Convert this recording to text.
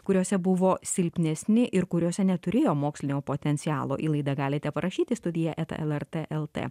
kuriose buvo silpnesni ir kuriuose neturėjo mokslinio potencialo į laidą galite parašyti studija eta lrt el t